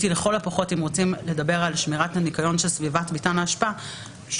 אם רוצים לדבר על שמירת הניקיון של ביתן האשפה הייתי